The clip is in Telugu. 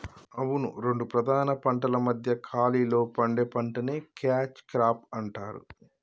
అవును రెండు ప్రధాన పంటల మధ్య ఖాళీలో పండే పంటని క్యాచ్ క్రాప్ అంటారు